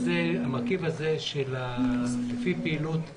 המרכיב הזה של לפי פעילות נפגע.